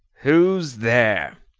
who's there?